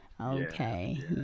Okay